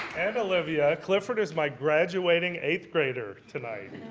and olivia. clifford is my graduating eighth grader tonight.